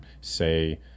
say